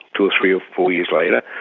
two or three or four years later,